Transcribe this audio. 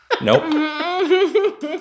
Nope